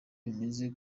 bimeze